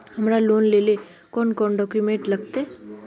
हमरा लोन लेले कौन कौन डॉक्यूमेंट लगते?